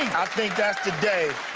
i think that's the day.